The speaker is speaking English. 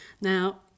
Now